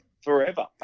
Forever